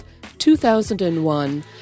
2001